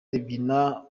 ribyina